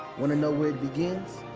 want to know where it begins?